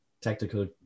Tactical